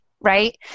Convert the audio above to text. right